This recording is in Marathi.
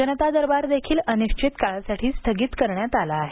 जनता दरबार देखील अनिश्वित काळासाठी स्थगित करण्यात आला आहे